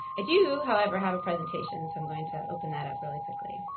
i do, however, have a presentation, so i'm going to open that up really quickly.